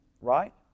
Right